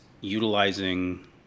utilizing